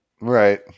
Right